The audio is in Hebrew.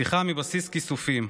שיחה מבסיס כיסופים.